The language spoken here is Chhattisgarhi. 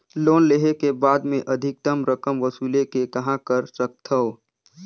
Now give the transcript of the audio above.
लोन लेहे के बाद मे अधिक रकम वसूले के कहां कर सकथव?